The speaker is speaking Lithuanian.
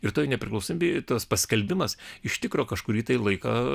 ir toje nepriklausomybėje tas paskelbimas iš tikro kažkurį tai laiką